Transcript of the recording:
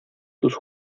tus